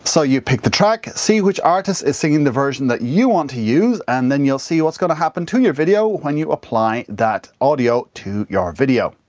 so, you pick the track, see which artist is singing the version that you want to use and then you'll see what's going to happen to your video when you apply that audio to your video.